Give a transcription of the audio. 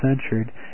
censured